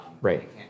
right